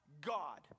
God